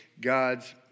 God's